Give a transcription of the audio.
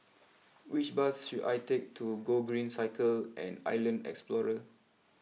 which bus should I take to Gogreen Cycle and Island Explorer